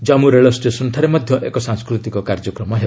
ଜମ୍ମୁ ରେଳଷ୍ଟେସନ୍ଠାରେ ମଧ୍ୟ ଏକ ସାଂସ୍କୃତିକ କାର୍ଯ୍ୟକ୍ରମ ହେବ